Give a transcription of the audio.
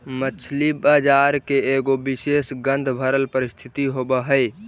मछली बजार के एगो विशेष गंधभरल परिस्थिति होब हई